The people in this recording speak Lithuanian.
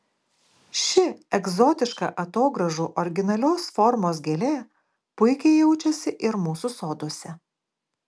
ši egzotiška atogrąžų originalios formos gėlė puikiai jaučiasi ir mūsų soduose